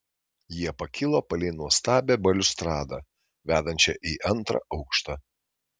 jie pakilo palei nuostabią baliustradą vedančią į antrą aukštą